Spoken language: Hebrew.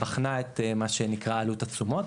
בחנה את מה שנקרא עלות התשומות,